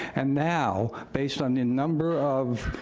and now, based on a number of